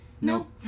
nope